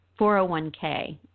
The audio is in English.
401K